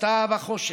הסתה וחושך.